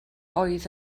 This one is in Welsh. oedd